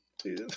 Please